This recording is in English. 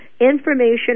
information